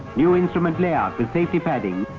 new instrument layout but safety padding.